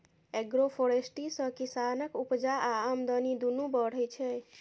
agroforestry सँ किसानक उपजा आ आमदनी दुनु बढ़य छै